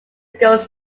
goes